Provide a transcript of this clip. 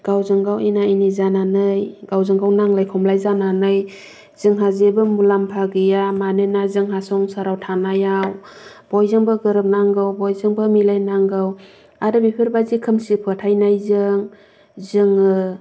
गावजों गाव एना एनि जानानै गावजों गाव नांलाय खमलाय जानानै जोंहा जेबो मुलाम्फा गैया मानोना जोंहा संसाराव थानायाव बयजोंबो गोरोबनांगौ बयजोंबो मिलायनांगौ आरो बिफोरबायदि खोमसि फोथायनायजों जोङो